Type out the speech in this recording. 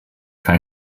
kann